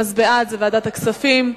אז בעד זה ועדת הכספים.